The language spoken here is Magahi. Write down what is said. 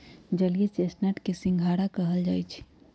जलीय चेस्टनट के सिंघारा कहल जाई छई